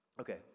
Okay